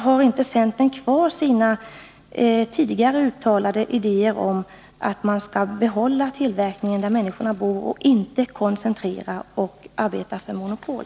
Har inte centern kvar sina tidigare uttalade idéer om att man skall behålla tillverkningen där människorna bor och inte koncentrera och arbeta för monopol?